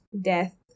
death